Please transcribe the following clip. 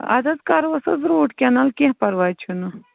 اَدٕ حظ کَروس حظ روٗٹ کٮ۪نال کیٚنٛہہ پَرواے چھُنہٕ